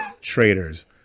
traitors